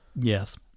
yes